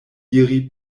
diri